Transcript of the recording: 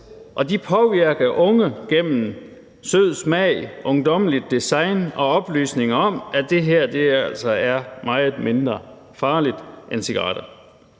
og de påvirker unge gennem sød smag, ungdommeligt design og oplysninger om, at det her altså er meget mindre farligt end cigaretter.